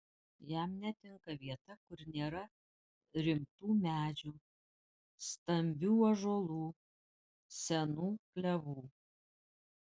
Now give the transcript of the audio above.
jam netinka vieta kur nėra rimtų medžių stambių ąžuolų senų klevų